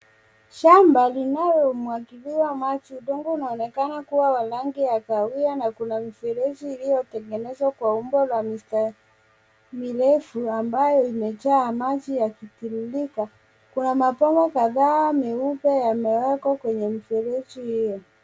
Shamba linalo mwagiliwa maji udongo unaonekana kuwa wa rangi ya kahawia na kuna mfereji iliotenegenezwa kwa umbo la mistari mirefu ambayo imejaa maji yakitiririka. Kuna mapomba kataa meupe yamewekwa kwenye mfereji hio.